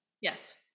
Yes